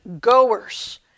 goers